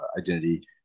identity